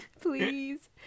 Please